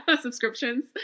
Subscriptions